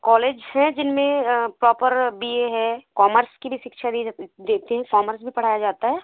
college हैं जिनमें proper B A है कॉमर्स की भी शिक्षा देते हैं कॉमर्स भी पढ़ाया जाता है